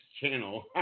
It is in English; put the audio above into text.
channel